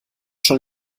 schon